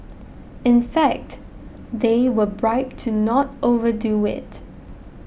in fact they were bribed to not overdo it